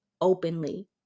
openly